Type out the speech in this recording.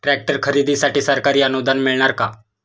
Tractor खरेदीसाठी सरकारी अनुदान मिळणार का?